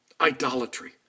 idolatry